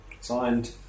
Signed